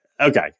Okay